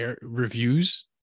reviews